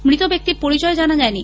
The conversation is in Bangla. মৃত ব্যক্তির পরিচয় জানা যায়নি